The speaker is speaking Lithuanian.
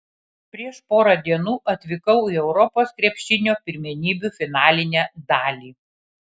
prieš porą dienų atvykau į europos krepšinio pirmenybių finalinę dalį